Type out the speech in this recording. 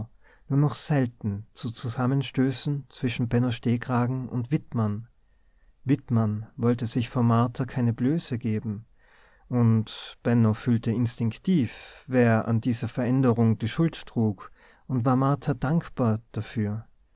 nur noch selten zu zusammenstößen zwischen benno stehkragen und wittmann wittmann wollte sich vor martha keine blöße geben und benno fühlte instinktiv wer an dieser veränderung die schuld trug und war martha dankbar dafür